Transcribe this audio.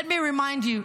Let me remind you,